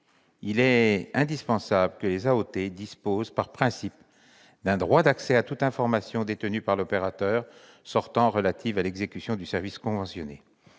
organisatrices de transport disposent, par principe, d'un droit d'accès à toute information détenue par l'opérateur sortant relative à l'exécution du service conventionné.